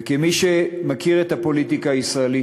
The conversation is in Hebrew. וכמי שמכיר את הפוליטיקה הישראלית,